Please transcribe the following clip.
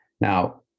Now